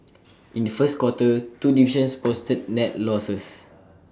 in the first quarter two divisions posted net losses